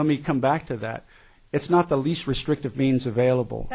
let me come back to that it's not the least restrictive means available